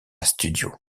studio